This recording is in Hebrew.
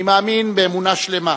אני מאמין באמונה שלמה